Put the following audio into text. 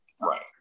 Right